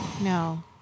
No